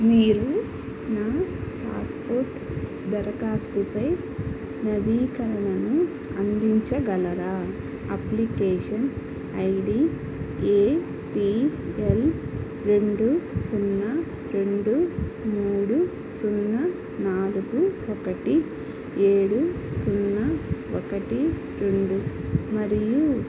మీరు నా పాస్పోర్ట్ దరఖాస్తు పై నవీకరణను అందించగలరా application ID A P L రెండు సున్నా రెండు మూడు సున్నా నాలుగు ఒకటి ఏడు సున్నా ఒకటి రెండు మరియు